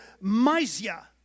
Mysia